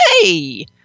hey